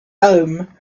home